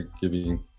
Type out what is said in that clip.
giving